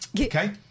Okay